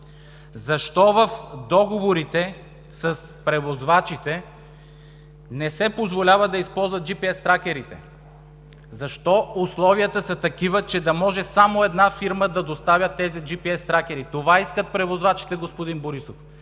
Защо в договорите с превозвачите не се позволява да използват GPS тракерите? Защо условията са такива, че да може само една фирма да доставя тези GPS тракери? Това искат превозвачите, господин Борисов!